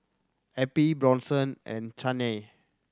Eppie Bronson and Chaney